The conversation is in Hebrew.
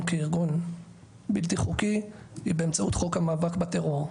כארגון בלתי חוקי היא באמצעות חוק המאבק בטרור,